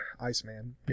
Iceman